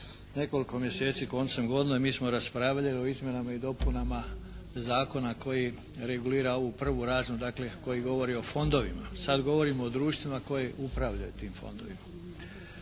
nekoliko mjeseci koncem godine mi smo raspravljali o izmjenama i dopunama zakona koji regulira ovu prvu razinu. Dakle, koji govori o fondovima. Sad govorimo o društvima koji upravljaju tim fondovima.